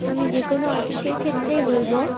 আমি যে কোনো আর্টিস্টের ক্ষেত্রেই বলবো